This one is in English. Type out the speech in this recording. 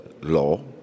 law